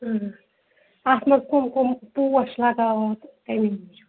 اۭں اَتھ منٛز کٕم کٕم پوش لگاوو تہٕ تَمے موٗجوٗب